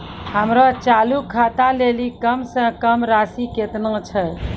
हमरो चालू खाता लेली कम से कम राशि केतना छै?